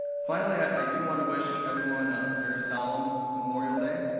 finally i do want to wish everyone a very solemn memorial day.